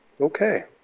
Okay